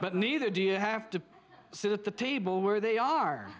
but neither do you have to sit at the table where they are